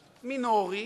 מינורי,